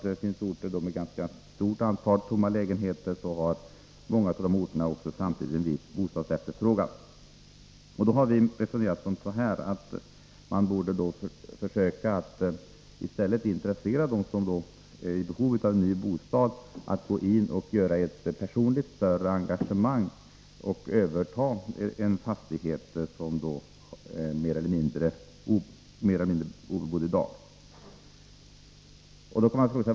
Det finns orter med ett ganska stort antal tomma lägenheter, där det ändå samtidigt förekommer en viss bostadsefterfrågan. Vi har resonerat som så, att man borde försöka att i stället intressera dem som är i behov av ny bostad att gå in med ett större personligt engagemang och överta en fastighet som i dag står mer eller mindre obebodd.